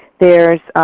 there's